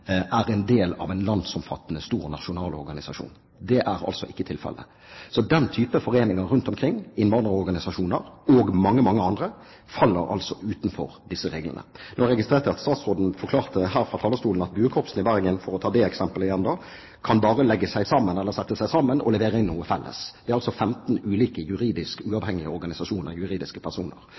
Den type foreninger rundt omkring – innvandrerorganisasjoner og mange, mange andre – faller altså utenfor disse reglene. Nå registrerte jeg at statsråden forklarte fra talerstolen at buekorpsene fra Bergen, for å ta det eksempelet igjen, bare kan slå seg sammen og levere inn noe felles. Det er altså 15 uavhengige juridiske organisasjoner, juridiske personer.